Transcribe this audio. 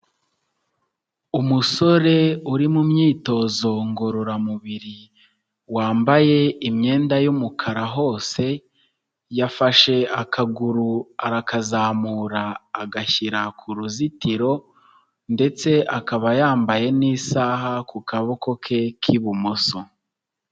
Umusore uri mu myitozo ngororamubiri, wambaye imyenda y'umukara hose, yafashe akaguru arakazamura, agashyira ku ruzitiro, ndetse akaba yambaye n'isaha ku kaboko ke k'ibumoso.